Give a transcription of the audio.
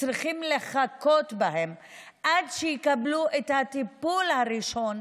צריכים לחכות עד שיקבלו את הטיפול הראשון,